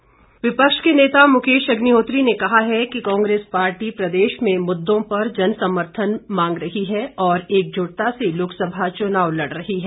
अग्निहोत्री विपक्ष के नेता मुकेश अग्निहोत्री ने कहा है कि कांग्रेस पार्टी प्रदेश में मुददों पर जन समर्थन मांग रही है और एकजुटता से लोकसभा चुनाव लड़ रही है